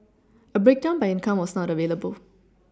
a breakdown by income was not available